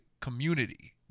community